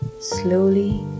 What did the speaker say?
Slowly